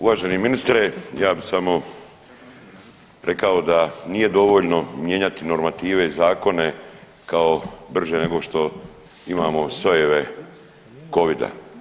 Uvaženi ministre ja bi samo rekao da nije dovoljno mijenjati normative i zakone kao brže nego što imamo sojeve Covida.